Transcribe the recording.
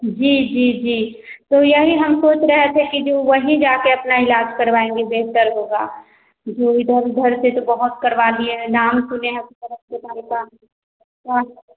जी जी जी तो यही हम सोच रहे थे कि जो वहीं जा कर अपना इलाज करवाएँगे बेहतर होगा जो इधर उधर से तो बहुत करवा लिए हैं नाम सुने हैं सदर अस्पताल का और